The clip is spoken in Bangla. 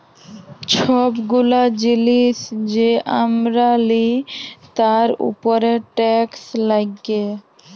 ছব গুলা জিলিস যে আমরা লিই তার উপরে টেকস লাগ্যে